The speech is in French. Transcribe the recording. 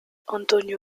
antonio